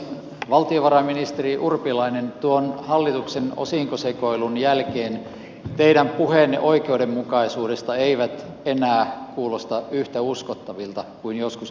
valtiovarainministeri urpilainen tuon hallituksen osinkosekoilun jälkeen teidän puheenne oikeudenmukaisuudesta eivät enää kuulosta yhtä uskottavilta kuin joskus aikaisemmin